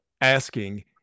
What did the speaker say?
asking